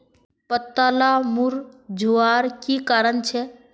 पत्ताला मुरझ्वार की कारण छे?